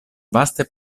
vaste